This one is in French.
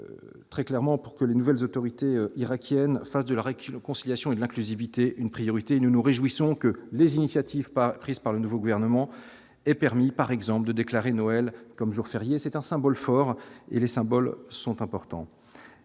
très clairement pour que les nouvelles autorités irakiennes face de l'arrêt qu'une conciliation, il l'inclusivité une priorité, nous nous réjouissons que les initiatives pas prise par le nouveau gouvernement est permis par exemple de déclarer Noël comme jour férié, c'est un symbole fort et les symboles sont importants